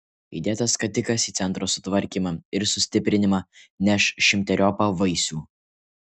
įdėtas skatikas į centro sutvarkymą ir sustiprinimą neš šimteriopą vaisių